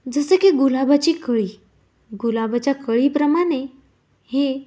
जसं की गुलाबाची कळी गुलाबाच्या कळीप्रमाने हे